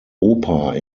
oper